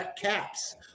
caps